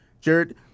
Jared